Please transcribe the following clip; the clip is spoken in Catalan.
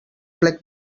plec